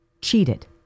cheated